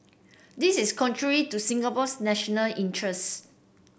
this is contrary to Singapore's national interests